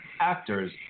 actors